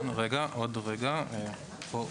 בסדר.